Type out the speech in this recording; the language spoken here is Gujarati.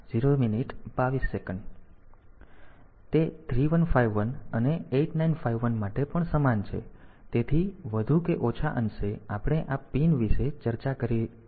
તેથી તે 3151 અને 8951 માટે પણ સમાન છે તેથી વધુ કે ઓછા અંશે આપણે આ પિન વિશે ચર્ચા કરી છે